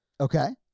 Okay